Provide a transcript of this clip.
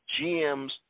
GMs